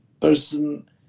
person